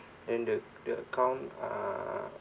and the the account uh